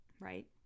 right